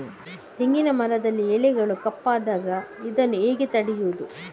ತೆಂಗಿನ ಮರದಲ್ಲಿ ಎಲೆಗಳು ಕಪ್ಪಾದಾಗ ಇದನ್ನು ಹೇಗೆ ತಡೆಯುವುದು?